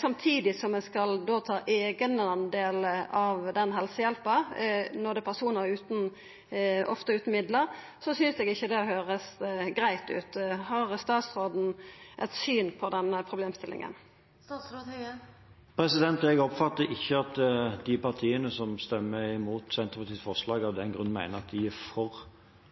samtidig som ein skal ta eigendel av denne helsehjelpa frå personar som ofte er utan midlar, synest eg ikkje det høyrest greitt ut. Har statsråden eit syn på denne problemstillinga? Jeg oppfatter ikke at de partiene som stemmer imot Senterpartiets forslag, av den grunn mener at de er for